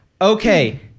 Okay